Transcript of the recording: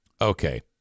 Okay